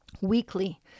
Weekly